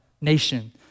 nation